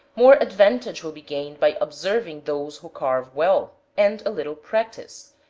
more advantage will be gained by observing those who carve well, and a little practice,